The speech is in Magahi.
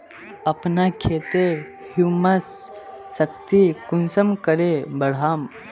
अपना खेतेर ह्यूमस शक्ति कुंसम करे बढ़ाम?